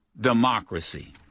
democracy